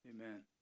Amen